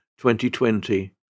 2020